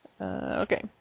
Okay